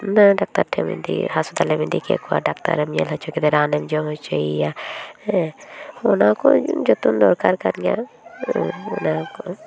doctor ᱴᱷᱮᱱᱮᱢ ᱤᱫᱤ ᱦᱟᱥᱯᱟᱛᱟᱞᱮᱢ ᱤᱫᱤ ᱠᱮᱫ ᱠᱚᱣᱟ ᱰᱟᱠᱛᱟᱨᱮᱢ ᱧᱮᱞ ᱦᱚᱪᱚ ᱠᱮᱫᱮᱭᱟ ᱨᱟᱱᱮᱢ ᱡᱚᱢ ᱦᱚᱪᱚᱭᱮᱭ ᱦᱮᱸ ᱚᱱᱟᱠᱚ ᱡᱚᱛᱚᱱ ᱫᱚᱨᱠᱟᱨ ᱠᱟᱱ ᱜᱮᱭᱟ ᱚᱱᱟᱠᱚ